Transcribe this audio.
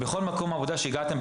בכל מקום עבודה שאליו הגעתם,